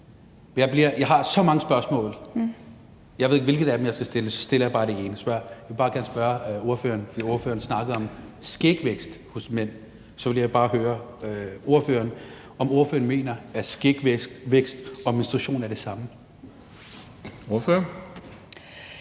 Jeg har så mange spørgsmål, men jeg ved ikke, hvilket af dem jeg skal stille, og så stiller jeg bare det ene. Ordføreren snakkede om skægvækst hos mænd, og så ville jeg bare høre ordføreren, om ordføreren mener, at skægvækst og menstruation er det samme. Kl.